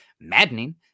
maddening